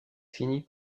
finit